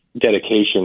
dedication